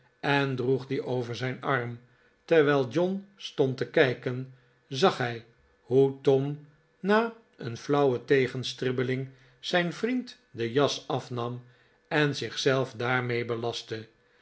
en droeg dien over zijn arm terwijl john stond tkijken zag hij hoe tom na een flauwe tegenstribbeling zijn vriend den jas afnam en zich zelf daarmee belastte